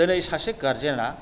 दिनै सासे गारजेना